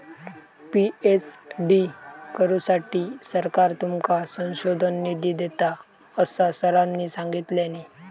PhD करुसाठी सरकार तुमका संशोधन निधी देता, असा सरांनी सांगल्यानी